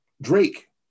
drake